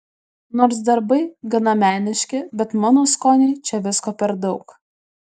nors darbai gana meniški bet mano skoniui čia visko per daug